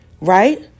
right